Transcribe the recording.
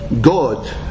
God